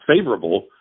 favorable